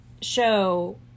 show